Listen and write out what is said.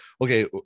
okay